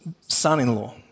son-in-law